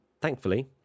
thankfully